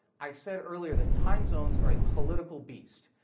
i said earlier that time zones are a political beast.